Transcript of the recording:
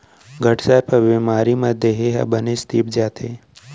घटसर्प बेमारी म देहे ह बनेच तीप जाथे